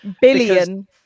Billion